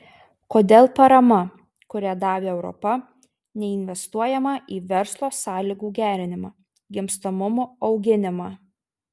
kodėl parama kurią davė europa neinvestuojama į verslo sąlygų gerinimą gimstamumo auginimą